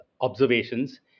observations